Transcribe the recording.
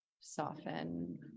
soften